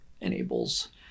enables